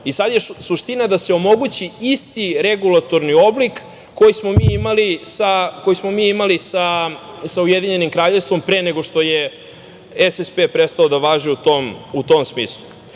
Sada je suština da se omogući isti regulatorni oblik koji smo imali sa Ujedinjenim Kraljevstvom pre nego što je SSP prestao da važi u tom smislu. Oblasti